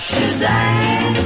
Shazam